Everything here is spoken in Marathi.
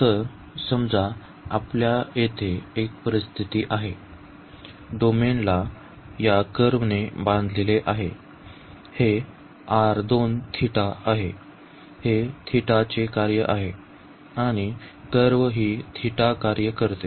तर समजा आपल्या येथे एक परिस्थिती आहे डोमेन ला या कर्व ने बांधलेले आहे हे आहे हे θ चे कार्य आहे आणि दुसरी कर्व ही θ कार्य करते